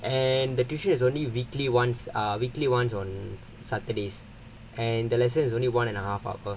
and the tuition is only weekly once ah weekly once on saturdays and the lesson is only one and a half hour